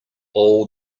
all